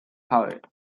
heart